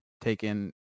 taken